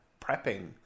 prepping